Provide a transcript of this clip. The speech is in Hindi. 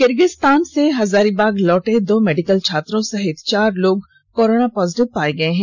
किर्गिस्तान से हजारीबाग लौटे दो मेडिकल छात्रों सहित चार लोग कोरोना पॉजिटिव पाए गए हैं